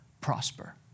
prosper